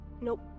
Nope